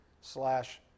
slash